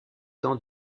temps